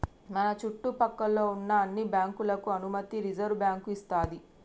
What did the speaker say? మన చుట్టు పక్కల్లో ఉన్న అన్ని బ్యాంకులకు అనుమతి రిజర్వుబ్యాంకు ఇస్తది